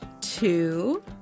two